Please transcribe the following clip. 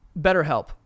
BetterHelp